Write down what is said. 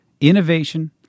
innovation